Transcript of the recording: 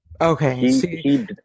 Okay